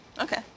Okay